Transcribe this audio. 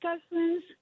discussions